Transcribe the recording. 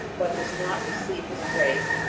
but does not receive his grace,